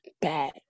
bad